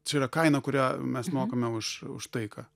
čia yra kaina kurią mes mokame už už taiką